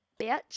bitch